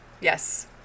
Yes